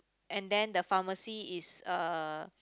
and then the pharmacy is uh